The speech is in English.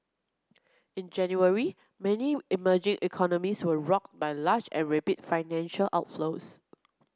in January many emerging economies were rocked by large and rapid financial outflows